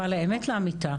אבל האמת לאמיתה,